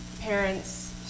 parents